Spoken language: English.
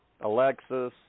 Alexis